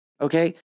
Okay